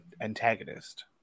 antagonist